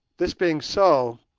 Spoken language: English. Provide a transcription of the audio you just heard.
this being so,